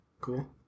Cool